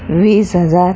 वीस हजार